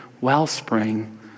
wellspring